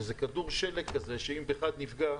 וזה כדור שלג כזה שאם אחד נפגע,